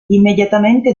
immediatamente